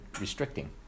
restricting